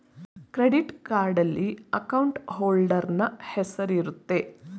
credit ಕಾರ್ಡ್ನಲ್ಲಿ account holder ನ ಹೆಸರಿರುತ್ತೆ